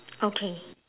okay